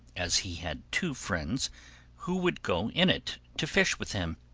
as he had two friends who would go in it to fish with him.